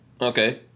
Okay